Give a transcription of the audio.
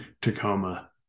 Tacoma